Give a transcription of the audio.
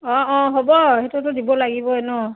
অঁ অঁ হ'ব সেইটোতো দিব লাগিবই ন